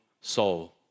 soul